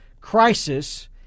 crisis